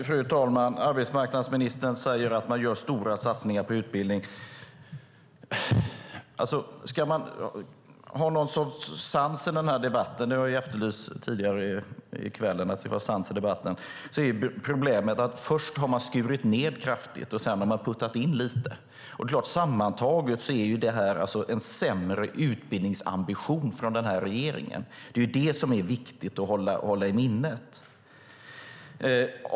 Fru talman! Arbetsmarknadsministern säger att man gör stora satsningar på utbildning. Det har ju efterlysts tidigare i kväll att det ska vara sans i debatten, och ska man ha någon sorts sans i den här debatten är problemet att man först har skurit ned kraftigt och sedan puttat in lite. Sammantaget är det en sämre utbildningsambition hos den här regeringen. Det är viktigt att hålla i minnet.